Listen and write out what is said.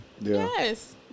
Yes